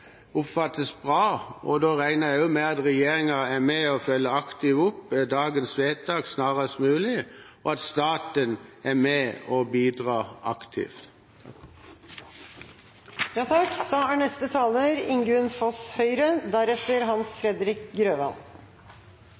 oppfattes som bra, og da regner jeg også med at regjeringen er med og følger aktivt opp dagens vedtak snarest mulig, og at staten er med og bidrar aktivt. Takk